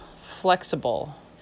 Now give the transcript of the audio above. Flexible